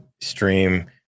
stream